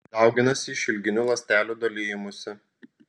dauginasi išilginiu ląstelių dalijimusi